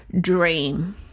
dream